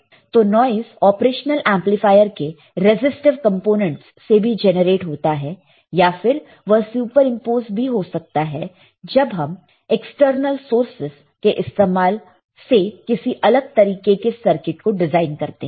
तो noise operational amplifier के resistive components से भी जेनरेट होता है या फिर वह सुपरइंपोज भी हो सकता है जब हम एक्सटर्नल सोर्सस के इस्तेमाल से किसी अलग तरीके के सर्किट को डिजाइन करते हैं